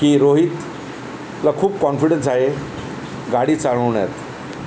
की रोहितला खूप कॉन्फिडन्स आहे गाडी चालवण्या त